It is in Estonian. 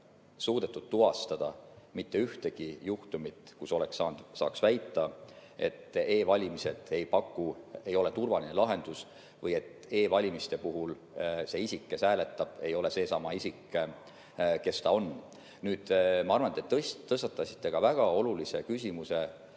suudetud tuvastada mitte ühtegi juhtumit, kus saaks väita, et e‑valimised ei ole turvaline lahendus või et e‑valimiste puhul see isik, kes hääletab, ei ole seesama isik, kes ta [olema peab]. Ma arvan, et te tõstatasite väga olulise küsimuse